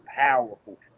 powerful